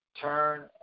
turn